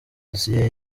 dosiye